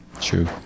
True